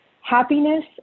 happiness